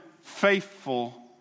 faithful